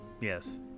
Yes